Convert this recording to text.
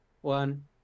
one